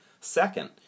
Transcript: Second